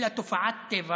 אלא תופעת טבע